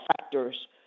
factors